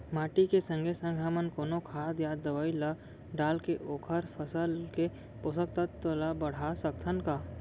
माटी के संगे संग हमन कोनो खाद या दवई ल डालके ओखर फसल के पोषकतत्त्व ल बढ़ा सकथन का?